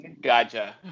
Gotcha